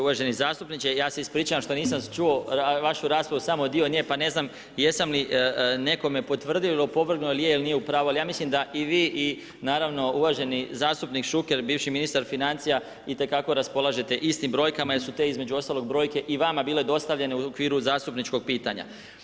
Uvaženi zastupniče ja se ispričavam što nisam čuo vašu raspravu, samo dio nje pa ne znam jesam li nekome potvrdio ili opovrgnuo je li je ili nije u pravu ali ja mislim da i vi i naravno uvaženi zastupnik Šuker, bivši ministar financija itekako raspolažete istim brojkama jer su te između ostalog brojke i vama bile dostavljene u okviru zastupničkog pitanja.